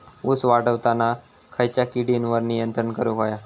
ऊस वाढताना खयच्या किडींवर नियंत्रण करुक व्हया?